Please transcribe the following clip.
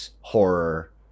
horror